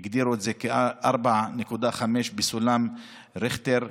הגדירו את זה כ-4.5 בסולם ריכטר,